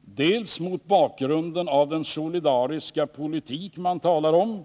bl.a. mot bakgrunden av den solidariska politik man talar om.